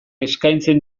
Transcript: eskaintzen